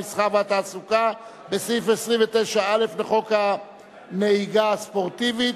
המסחר והתעסוקה בסעיף 29(א) לחוק הנהיגה הספורטיבית,